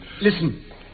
listen